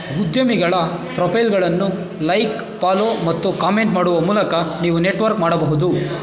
ಉದ್ಯಮಿಗಳ ಪ್ರೊಪೈಲ್ಗಳನ್ನು like follow ಮತ್ತು ಕಾಮೆಂಟ್ ಮಾಡುವ ಮೂಲಕ ನೀವು ನೆಟ್ವರ್ಕ್ ಮಾಡಬಹುದು